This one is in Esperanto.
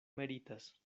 meritas